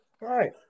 Right